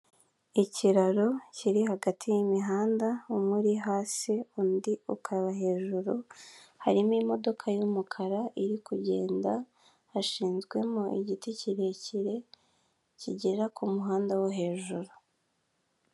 Ikiraro kiri hagati y'imihanda umwe uri hasi undi ukaba hejuru harimo imodoka y'umukara iri kugenda hashinzwemo igiti kirekire kigera ku muhanda wo hejuru hejuru.